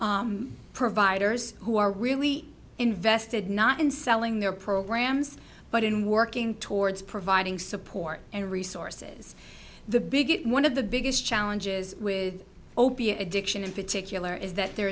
providers who are really invested not in selling their programs but in working towards providing support and resources the big one of the biggest challenges with opiate addiction in particular is that there